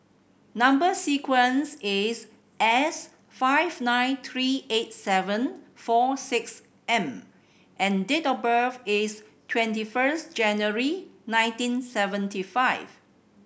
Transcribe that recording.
number sequence is S five nine three eight seven four six M and date of birth is twenty first January nineteen seventy five